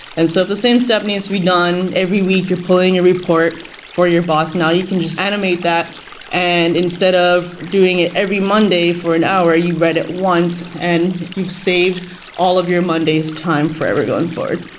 and so the same stuff needs to be done, every week you're pulling a report for your boss. now, you can just animate that and instead of doing it every monday for an hour, you read it once and you've saved all of your monday's time for everyone for it.